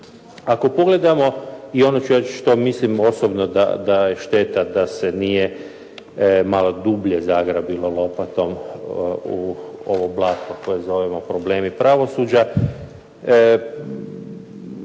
Ako pogledamo, i onda ću reći što mislim osobno da je šteta da se nije malo dublje zagrabilo lopatom u ovo blato koje zovemo problemi pravosuđa,